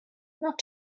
not